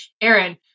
Aaron